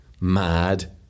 mad